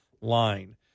line